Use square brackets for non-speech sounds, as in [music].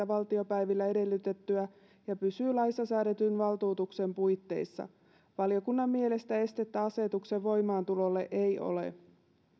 [unintelligible] valtiopäivillä edellytettyä ja pysyy laissa säädetyn valtuutuksen puitteissa valiokunnan mielestä estettä asetuksen voimaantulolle ei ole